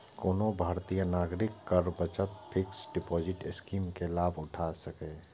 कोनो भारतीय नागरिक कर बचत फिक्स्ड डिपोजिट स्कीम के लाभ उठा सकैए